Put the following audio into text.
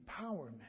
empowerment